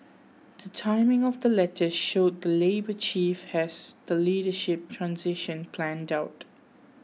the timing of the letters showed that Labour Chief has the leadership transition planned out